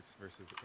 versus